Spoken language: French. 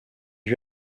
lui